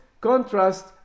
contrast